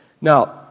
Now